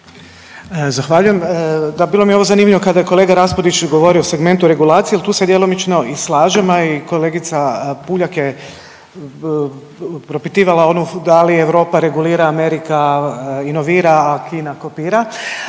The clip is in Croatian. Zahvaljujem. Da, bilo mi je ovo zanimljivo kada je kolega Raspudić govorio o segmentu regulacije, jel tu se djelomično i slažem, a i kolegica Puljak je propitivala ono da li Europa regulira, Amerika inovira, a Kina kopira